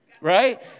right